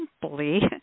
simply